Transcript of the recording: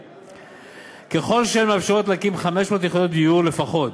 תקשיב: "הוא כלי משמעותי להגדלת היצע הדיור המתוכנן.